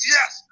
Yes